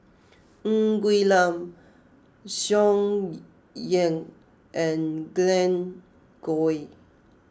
Ng Quee Lam Tsung Yeh and Glen Goei